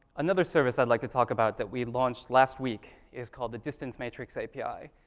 another service i'd like to talk about that we launched last week is called the distance matrix api.